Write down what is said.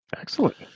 Excellent